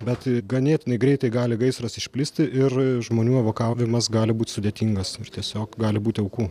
bet ganėtinai greitai gali gaisras išplisti ir žmonių evakavimas gali būt sudėtingas ir tiesiog gali būti aukų